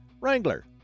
Wrangler